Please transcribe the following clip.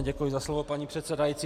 Děkuji za slovo, paní předsedající.